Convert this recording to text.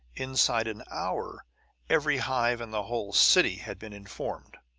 inside an hour every hive in the whole city had been informed.